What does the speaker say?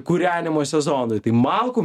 kūrenimo sezonui tai malkų